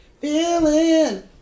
Feeling